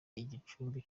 igicumbi